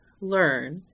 learn